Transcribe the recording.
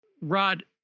Rod